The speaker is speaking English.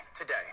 today